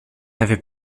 avait